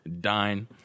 dine